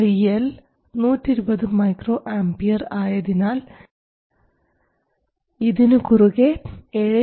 IL 100 KΩ 120 µA IL 120 µA ആയതിനാൽ ഇതിനു കുറുകെ 7